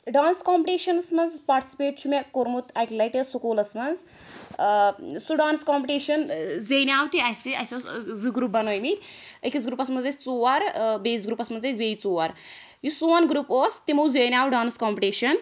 dance کوٚمپٹِشنَس مَنٛز participate چھِ مےٚ کوٚرمُت اَکہِ لَٹہِ سکولَس مَنٛز سُہ ڈانٕس کوٚمپٹِشَن زینیٛاو تہِ اَسہِ اَسہِ اوس زٕ گرُپ بَنٲومِتۍ أکِس گرُپَس مَنٛز ٲسۍ ژور بیٚیِس گرُپَس مَنٛز ٲسۍ بیٚیہِ ژور یُس سون گرُپ اوس تِمو زینیٛاو ڈانٕس کوٚمپٹِشَن